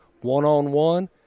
one-on-one